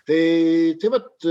tai tai vat